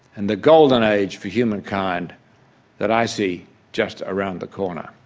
and the golden age for human kind that i see just around the corner.